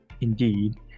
indeed